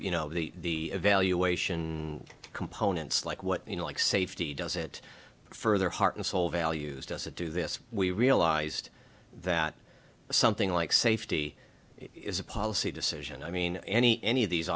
you know the evaluation components like what you know like safety does it further heart and soul values does it do this we realized that something like safety is a policy decision i mean any any of these